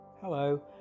Hello